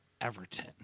Everton